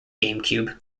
gamecube